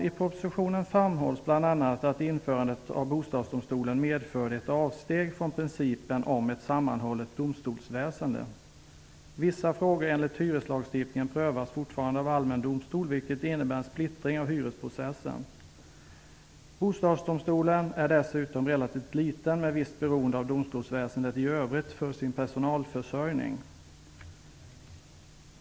I propositionen framhålls bl.a. att införandet av Bostadsdomstolen medförde ett avsteg från principen om ett sammanhållet domstolsväsende. Vissa frågor enligt hyreslagsstiftning prövas fortfarande av allmän domstol, vilket innebär en splittring av hyresprocessen. Bostadsdomstolen är dessutom relativt liten med visst beroende av domstolsväsendet i övrigt för sin personalförsörjning.